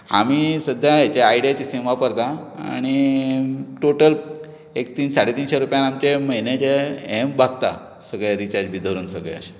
आमी सद्या एजे आयडियाचें सीम वापरतात आनी टोटल एक तीनशीं साडे तीनशीं रुपयान आमचें म्हयन्याचें हें भागता सगळे रिचार्ज बी धरून सगळे